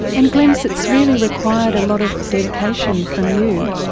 and glenys, it's really required a lot of dedication from you.